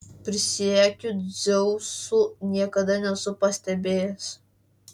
prisiekiu dzeusu niekada nesu pastebėjęs